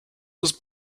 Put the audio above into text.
was